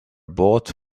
both